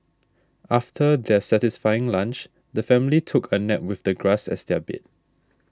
after their satisfying lunch the family took a nap with the grass as their bed